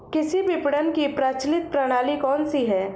कृषि विपणन की प्रचलित प्रणाली कौन सी है?